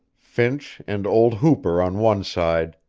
finch and old hooper on one side,